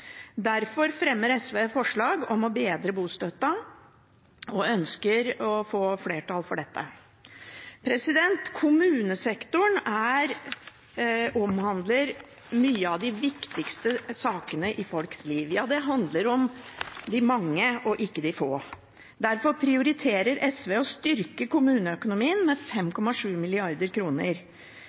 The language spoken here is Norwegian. Derfor fremmer SV forslag om å bedre bostøtten og ønsker å få flertall for dette. Kommunesektoren omhandler mange av de viktigste sakene i folks liv. Det handler om de mange, og ikke de få. Derfor prioriterer SV å styrke kommuneøkonomien med 5,7